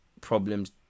problems